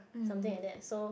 something like that so